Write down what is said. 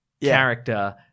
character